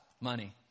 money